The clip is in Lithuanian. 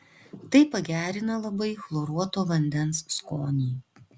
tai pagerina labai chloruoto vandens skonį